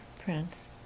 Prince